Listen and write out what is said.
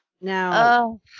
now